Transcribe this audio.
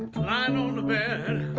lying on the bed